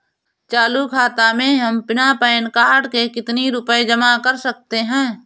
चालू खाता में हम बिना पैन कार्ड के कितनी रूपए जमा कर सकते हैं?